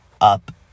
up